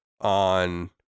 on